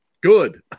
good